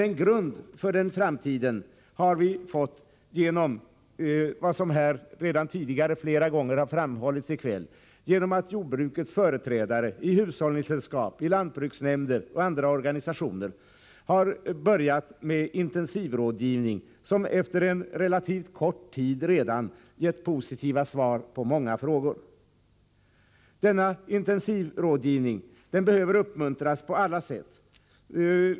En grund för framtiden har vi ändå fått genom vad som redan tidigare har framhållits flera gånger i kväll, att jordbrukets företrädare i hushållningssällskap, lantbruksnämnder och andra organisationer börjat med intensivrådgivning, som efter en relativt kort tid redan gett positiva svar på många frågor. Denna intensivrådgivning behöver uppmuntras på alla sätt.